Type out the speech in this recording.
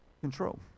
control